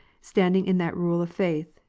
standing in that rule of faith,